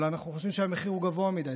אבל אנחנו חושבים שהמחיר גבוה מדי,